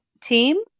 team